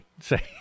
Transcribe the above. say